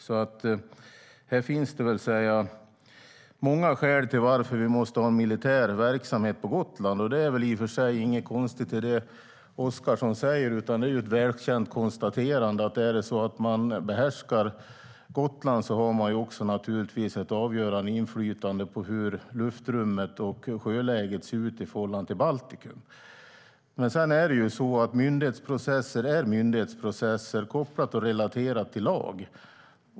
Det finns många skäl till att vi måste ha militär verksamhet på Gotland. Det är inget konstigt i det Oscarsson säger, utan det är väl känt att den som behärskar Gotland har ett avgörande inflytande på hur luftrummet och sjöläget ser ut i förhållande till Baltikum. Myndighetsprocesser är myndighetsprocesser, kopplade och relaterade till lag.